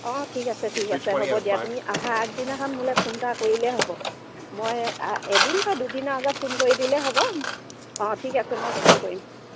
অঁ ঠিক আছে ঠিক আছে হ'ব দিয়া তুমি অহাৰ আগদিনাখন মোলৈ ফোন এটা কৰিলেই হ'ব মই এদিন বা দুদিনৰ আগত ফোন কৰি দিলেই হ'ব অঁ ঠিক আছে মই ফোন কৰিম